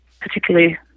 particularly